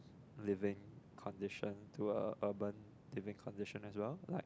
living condition to a urban living condition as well like